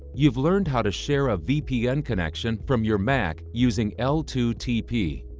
you've learned how to share a vpn connection from your mac using l two t p.